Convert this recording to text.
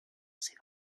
c’est